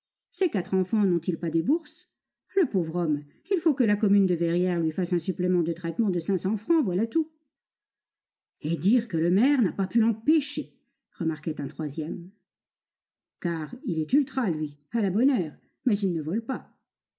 ses quatre enfants n'ont-ils pas des bourses le pauvre homme il faut que la commune de verrières lui fasse un supplément de traitement de cinq cents francs voilà tout et dire que le maire n'a pas pu l'empêcher remarquait un troisième car il est ultra lui à la bonne heure mais il ne vole pas